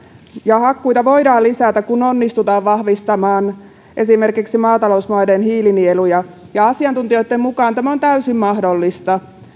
ja hakkuita voidaan lisätä kun onnistutaan vahvistamaan esimerkiksi maatalousmaiden hiilinieluja asiantuntijoitten mukaan tämä on täysin mahdollista